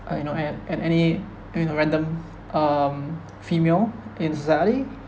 uh you know at at any you know random um female in society